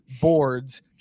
boards